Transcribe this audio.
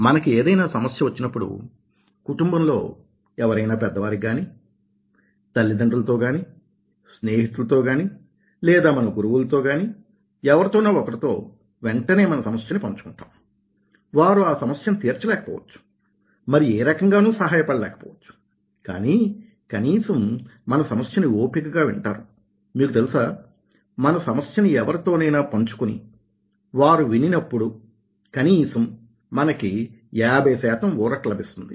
మనకి ఏదైనా సమస్య వచ్చినప్పుడు కుటుంబంలో ఎవరైనా పెద్ద వారికి గాని తల్లిదండ్రులతో గాని స్నేహితులతో గాని లేదా మన గురువులతో గానీ ఎవరితోనో ఒకరితో వెంటనే మన సమస్య ని పంచుకుంటాం వారు ఆ సమస్యని తీర్చలేక పోవచ్చు మరి ఏ రకంగానూ సహాయపడ లేకపోవచ్చు కానీ కనీసం మన సమస్యని ఓపికగా వింటారు మీకు తెలుసా మన సమస్యని ఎవరితోనైనా పంచుకుని వారు వినినప్పుడు కనీసం మనకి 50 శాతం ఊరట లభిస్తుంది